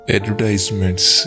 Advertisements